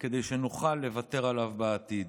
כדי שנוכל לוותר עליו בעתיד.